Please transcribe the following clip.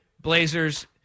Blazers